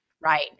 Right